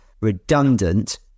redundant